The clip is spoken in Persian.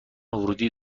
ورودی